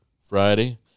Friday